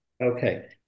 Okay